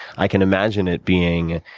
i can imagine it being